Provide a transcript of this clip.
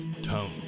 Tone